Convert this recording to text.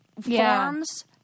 forms